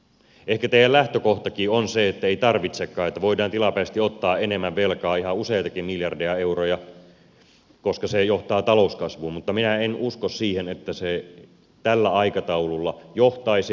ehkä teidän lähtökohtannekin on se ettei tarvitsekaan että voidaan tilapäisesti ottaa enemmän velkaa ihan useitakin miljardeja euroja koska se johtaa talouskasvuun mutta minä en usko siihen että se tällä aikataululla johtaisi